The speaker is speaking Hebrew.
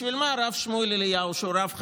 בשביל מה הרב שמואל אליהו, שהוא רב חשוב,